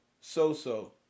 so-so